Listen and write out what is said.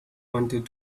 wanted